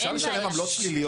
העמלות,